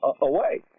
away